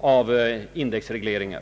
av indexregleringar.